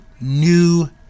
new